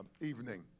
evening